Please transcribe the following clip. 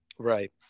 Right